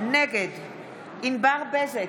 נגד ענבר בזק,